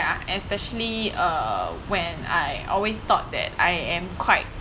especially uh when I always thought that I am quite